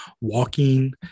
walking